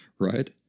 right